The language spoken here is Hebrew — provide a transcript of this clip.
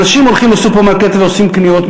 אנשים הולכים לסופרמרקט ועושים קניות,